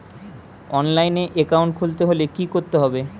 অনলাইনে একাউন্ট খুলতে হলে কি করতে হবে?